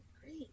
great